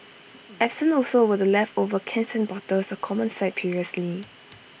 absent also were the leftover cans and bottles A common sight previously